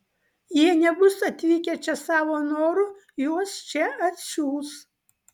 jie nebus atvykę čia savo noru juos čia atsiųs